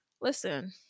Listen